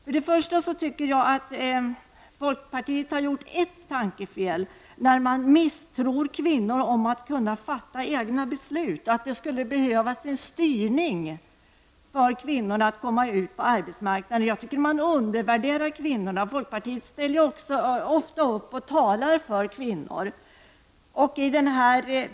Men det är fel av folkpartiet att tro att kvinnor inte kan fatta egna beslut, att de måste styras för att komma ut på arbetsmarknaden. Jag tycker att man undervärderar kvinnorna. Ändå brukar folkpartiet tala till förmån för dem.